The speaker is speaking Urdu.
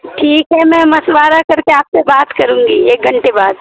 ٹھیک ہے میم مشورہ کر کے آپ سے بات کروں گی ایک گھنٹے بعد